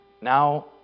now